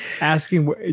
asking